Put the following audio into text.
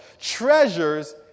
treasures